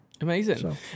amazing